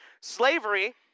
Slavery